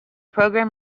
program